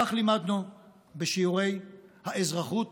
כך לימדנו בשיעורי האזרחות